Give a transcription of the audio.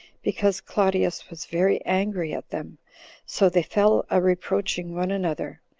because claudius was very angry at them so they fell a reproaching one another,